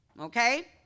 okay